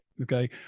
Okay